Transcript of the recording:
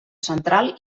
central